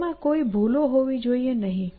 તેમાં કોઈ ભૂલો હોવી જોઈએ નહીં